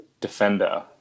defender